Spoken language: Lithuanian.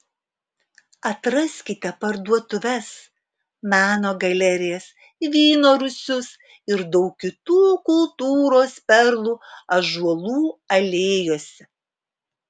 atraskite parduotuves meno galerijas vyno rūsius ir daug kitų kultūros perlų ąžuolų alėjose